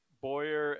Boyer